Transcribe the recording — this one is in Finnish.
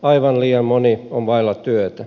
aivan liian moni on vailla työtä